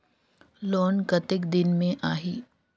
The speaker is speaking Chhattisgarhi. लोन कतेक दिन मे आही?